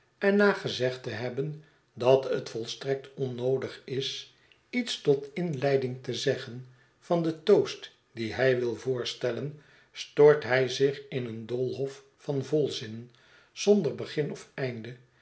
en na gezegd te hebben dat het volstrekt onnoodig is lets tot inleiding te zeggen van den toast dien hij wil voorstellen stort hij zich in een doolhof van volzinnen zonder begin ofeinde